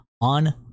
on